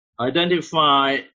Identify